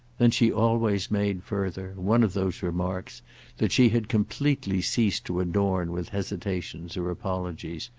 then she always made, further, one of those remarks that she had completely ceased to adorn with hesitations or apologies,